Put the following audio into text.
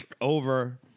Over